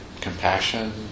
compassion